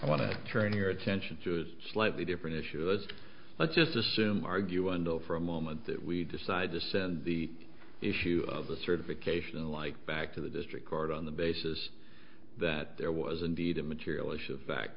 i want to turn your attention to a slightly different issue that let's just assume argue until for a moment that we decide to send the issue of the certification like back to the district court on the basis that there was indeed a material issue bac